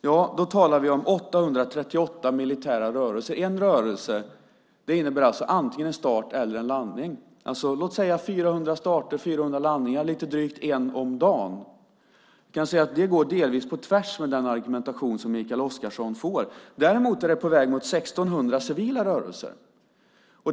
Vi talar om 838 militära rörelser. En rörelse innebär alltså antingen en start eller en landning, alltså låt säga 400 starter och 400 landningar - lite drygt en om dagen. Jag kan säga att det delvis går på tvärs med den argumentation som Mikael Oscarsson gör. Däremot är man på väg emot 1 600 civila rörelser.